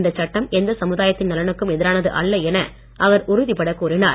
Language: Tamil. இந்தச் சட்டம் எந்த சமுதாயத்தின் நலனுக்கும் எதிரானது அல்ல என அவர் உறுதிபட கூறினார்